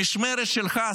במשמרת שלך,